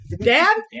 Dad